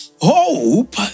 hope